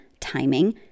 timing